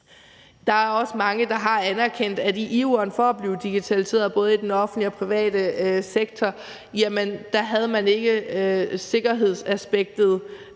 Der er også mange, der har erkendt, at i iveren for at blive digitaliseret både i den offentlige og i den private sektor havde man ikke sikkerhedsaspektet